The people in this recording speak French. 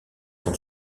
son